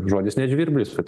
žodis ne žvirblis vat i